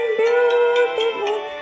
beautiful